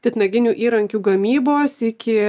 titnaginių įrankių gamybos iki